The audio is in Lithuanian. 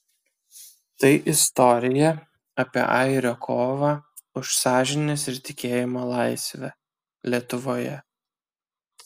tai istorija apie airio kovą už sąžinės ir tikėjimo laisvę lietuvoje